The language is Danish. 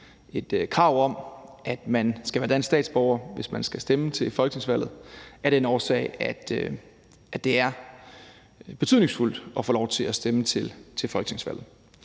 et krav om, at man skal være dansk statsborger, hvis man skal stemme til et folketingsvalg, af den årsag, at det er betydningsfuldt at få lov til at stemme til folketingsvalg.